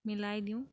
মিলাই দিওঁ